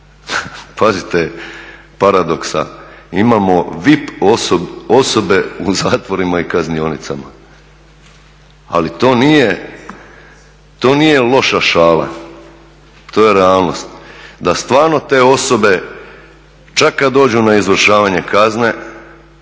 Pazite paradoksa, imamo VIP osobe u zatvorima i kaznionicama. Ali to nije loša šala, to je realnost. Da stvarno te osobe čak kada dođu na izvršavanje kazne